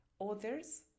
others